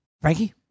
Frankie